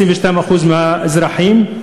22% מהאזרחים.